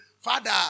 Father